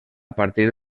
partir